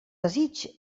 desig